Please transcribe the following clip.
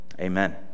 amen